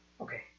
Okay